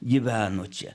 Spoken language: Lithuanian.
gyveno čia